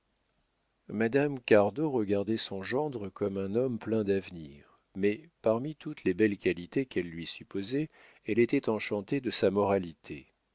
madame cardot regardait son gendre comme un homme plein d'avenir mais parmi toutes les belles qualités qu'elle lui supposait elle était enchantée de sa moralité